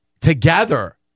together